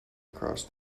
across